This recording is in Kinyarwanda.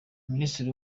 minisiteri